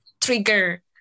trigger